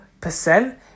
percent